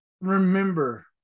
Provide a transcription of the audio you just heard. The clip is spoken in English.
remember